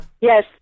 yes